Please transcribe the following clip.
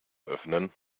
öffnen